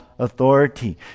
authority